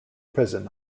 prison